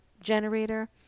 generator